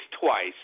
twice